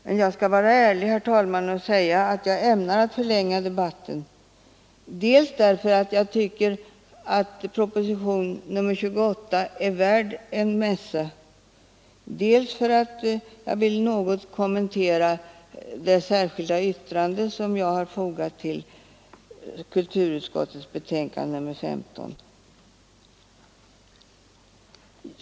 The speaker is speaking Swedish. Men jag skall vara ärlig, herr talman, och säga att jag ämnar förlänga debatten, dels därför att jag tycker att propositionen 28 är värd en mässa, dels därför att jag vill något kommentera det särskilda yttrande som jag har fogat vid kulturutskottets betänkande nr 15.